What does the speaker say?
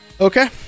Okay